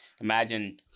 imagine